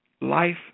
life